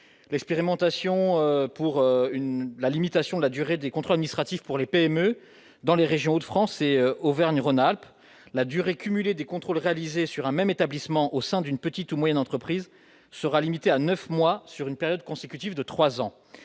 l'expérimentation pour une la limitation de la durée des contrats sera-t-il pour les PME dans les régions Hauts-de-France et Auvergne-Rhône-Alpes, la durée cumulée des contrôles réalisés sur un même établissement au sein d'une petite ou moyenne entreprise sera limitée à 9 mois sur une période consécutifs de 3 ans,